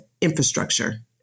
infrastructure